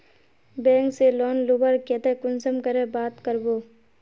Bank से loan लुबार केते कुंसम करे बात करबो?